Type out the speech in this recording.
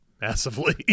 massively